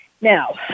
Now